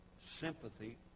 sympathy